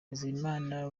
nzeyimana